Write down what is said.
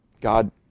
God